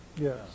Yes